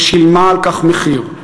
ושילמה על כך מחיר.